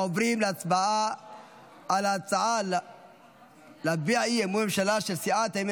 אנחנו עוברים להצבעה על ההצעה של סיעות הימין